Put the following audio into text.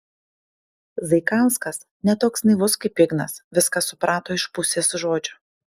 zaikauskas ne toks naivus kaip ignas viską suprato iš pusės žodžio